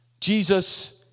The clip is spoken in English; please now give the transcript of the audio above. Jesus